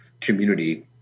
community